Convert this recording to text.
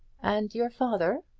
and your father?